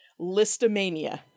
Listomania